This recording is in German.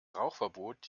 rauchverbot